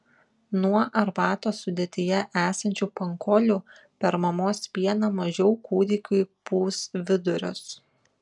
nuo arbatos sudėtyje esančių pankolių per mamos pieną mažiau kūdikiui pūs vidurius